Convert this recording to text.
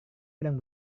bilang